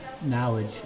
knowledge